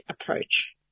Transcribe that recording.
approach